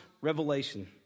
revelation